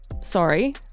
Sorry